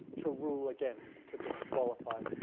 to rule against, to disqualify.